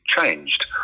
changed